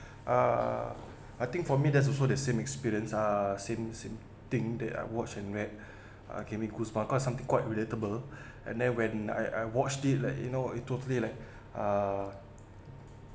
uh I think for me that's also the same experience ah same same thing that I watch and read kevin kuswa cause something quite relatable and then when I I watched it like you know you totally like uh